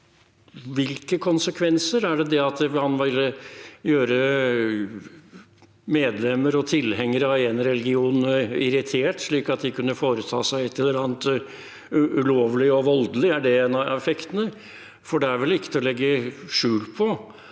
hvilke konsekvenser. Er det det å gjøre medlemmer og tilhengere av en religion irritert, slik at de kunne foreta seg et eller annet ulovlig og voldelig? Er det en av effektene? Det er vel ikke til å legge skjul på